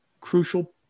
crucial